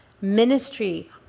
ministry